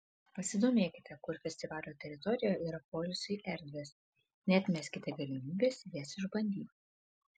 pasidomėkite kur festivalio teritorijoje yra poilsiui erdvės neatmeskite galimybės jas išbandyti